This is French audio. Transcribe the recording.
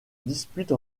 dispute